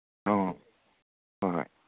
ꯑꯧ ꯍꯣꯏ ꯍꯣꯏ